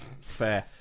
fair